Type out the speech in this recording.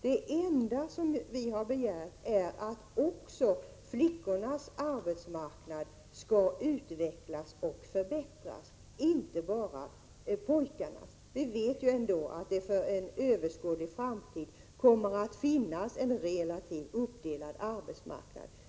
Det enda vi har begärt är att även flickornas arbetsmarknad skall utvecklas och förbättras, och inte bara pojkarnas. Under en överskådlig framtid kommer det att finnas en relativt uppdelad arbetsmarknad.